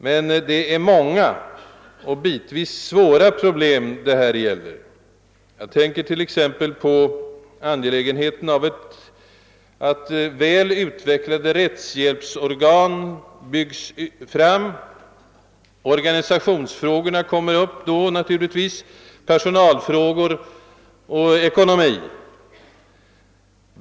Men det är många och bitvis svåra problem det här gäller. Jag tänker t.ex. på angelägenheten av att väl utvecklade, hela landet täckande, rättshjälpsorgan byggs upp. Då aktualiseras naturligtvis organisationsfrågor, personalfrågor och ekonomi.